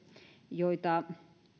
joita